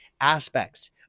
aspects